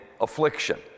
affliction